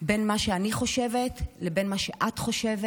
בין מה שאני חושבת לבין מה שאת חושבת.